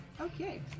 Okay